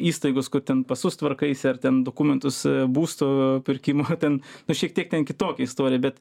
įstaigos kur ten pasus tvarkaisi ar ten dokumentus būsto pirkimo ten nu šiek tiek kitokia istorija bet